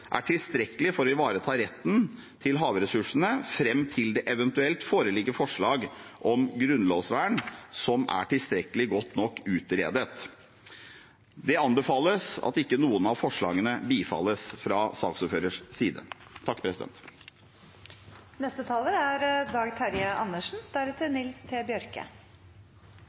er tilstrekkelig for å ivareta retten til havressursene fram til det eventuelt foreligger forslag om grunnlovsvern som er tilstrekkelig godt nok utredet. Det anbefales fra saksordførerens side at ikke noen av forslagene bifalles. La meg starte med å takke saksordføreren for godt arbeid. Selv om det er